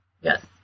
Yes